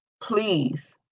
Please